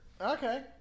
Okay